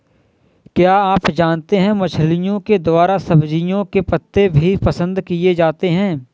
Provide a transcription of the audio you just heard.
क्या आप जानते है मछलिओं के द्वारा सब्जियों के पत्ते भी पसंद किए जाते है